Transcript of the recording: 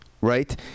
right